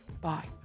Bye